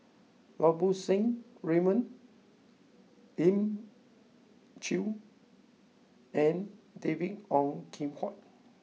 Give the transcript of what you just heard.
Lau Poo Seng Raymond Elim Chew and David Ong Kim Huat